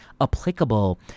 applicable